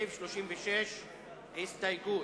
תוסיף את הצבעתך.